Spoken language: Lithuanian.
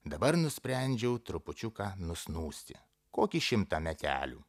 dabar nusprendžiau trupučiuką nusnūsti kokį šimtą metelių